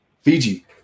Fiji